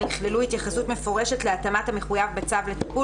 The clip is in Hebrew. יכללו התייחסות מפורשת להתאמת המחויב בצו לטיפול